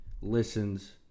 listens